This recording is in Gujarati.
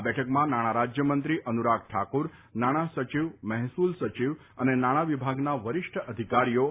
આ બેઠકમાં નાણાં રાજ્ય મંત્રી અનુરાગ ઠાકુર નાણાં સચિવ મહેસૂલ સચિવ અને નાણા વિભાગના વરિષ્ઠ અધિકારી ઉપસ્થિત રહ્યા હતા